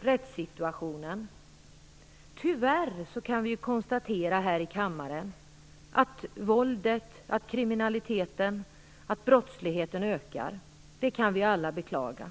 rättssituationen. Tyvärr kan vi här i kammaren konstatera att våldet, kriminaliteten och brottsligheten ökar. Det kan vi alla beklaga.